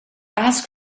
ask